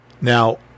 Now